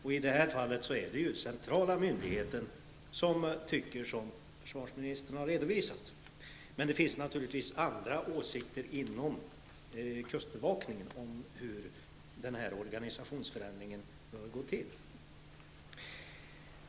I detta fall är det den centrala myndigheten som tycker något, som försvarsministern har redovisat. Men det finns också inom kustbevakningen andra åsikter om hur denna organisationsförändring bör gå till.